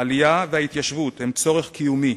העלייה וההתיישבות הן צורך קיומי